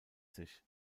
sich